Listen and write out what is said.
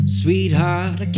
sweetheart